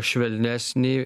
režimą švelnesnį